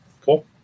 Cool